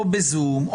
או בזום,